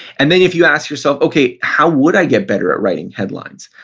and then if you ask yourself, okay, how would i get better at writing headlines?